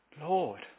Lord